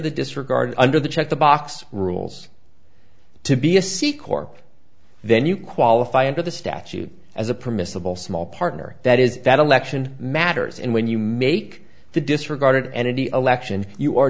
the disregard under the check the box rules to be a sikh or then you qualify under the statute as a permissible small partner that is that election matters and when you make the disregarded and in the election you are